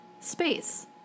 Space